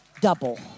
double